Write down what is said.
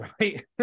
right